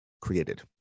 created